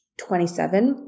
27